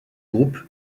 groupe